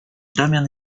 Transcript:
damian